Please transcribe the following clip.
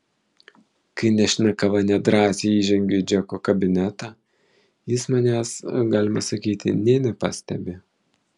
kai nešina kava nedrąsiai įžengiu į džeko kabinetą jis manęs galima sakyti nė nepastebi